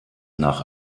nach